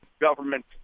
government